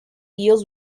deals